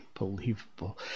Unbelievable